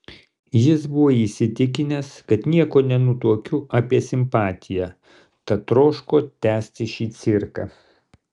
jis buvo įsitikinęs kad nieko nenutuokiu apie simpatiją tad troško tęsti šį cirką